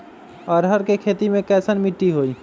अरहर के खेती मे कैसन मिट्टी होइ?